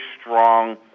strong